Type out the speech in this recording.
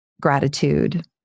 gratitude